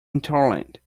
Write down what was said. intolerant